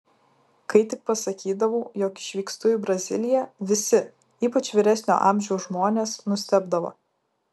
kai tik pasakydavau jog išvykstu į braziliją visi ypač vyresnio amžiaus žmonės nustebdavo